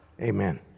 amen